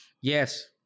Yes